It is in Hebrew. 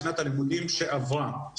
לשנת הלימודים שעברה,